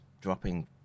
dropping